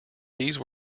these